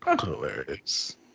Hilarious